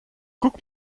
guck